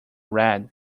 red